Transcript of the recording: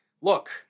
look